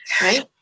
Right